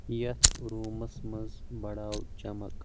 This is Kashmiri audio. یتھ روٗمس منٛز بڑاو چمک